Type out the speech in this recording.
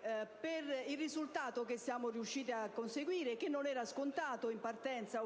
per il risultato che siamo riuscite a conseguire, che non era scontato in partenza.